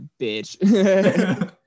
bitch